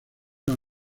las